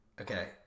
okay